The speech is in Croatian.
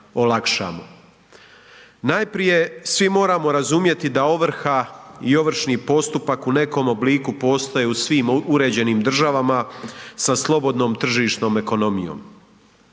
Najprije svi moramo razumjeti da ovrha i ovršni postupak u nekom obliku postoje u svim uređenim državama sa slobodnom tržišnom ekonomijom.